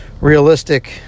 realistic